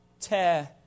tear